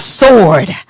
sword